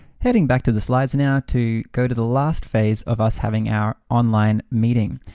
heading back to the slides now to go to the last phase of us having our online meeting.